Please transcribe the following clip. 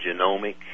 genomic